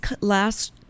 last